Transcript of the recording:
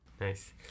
Nice